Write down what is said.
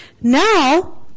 Now